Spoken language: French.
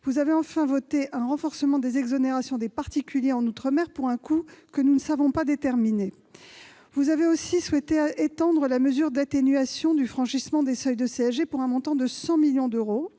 Vous avez, enfin, adopté un renforcement des exonérations des particuliers en outre-mer, pour un coût que nous ne savons pas déterminer. Vous avez souhaité étendre la mesure d'atténuation du franchissement des seuils de CSG, pour un montant de 100 millions d'euros